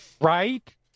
Right